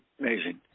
amazing